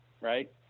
right